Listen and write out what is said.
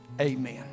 amen